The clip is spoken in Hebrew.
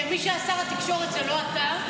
כשמי שהיה שר התקשורת זה לא אתה.